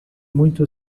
muito